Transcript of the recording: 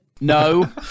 no